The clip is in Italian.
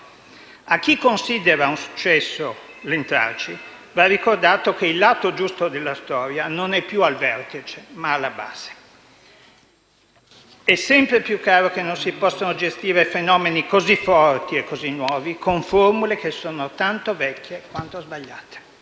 A chi considera un successo l'entrarci, va ricordato che il lato giusto della storia non è più al vertice, ma alla base. È sempre più chiaro che non si possono gestire fenomeni così forti e così nuovi con formule che sono tanto vecchie quanto sbagliate.